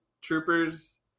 troopers